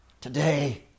Today